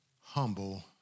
humble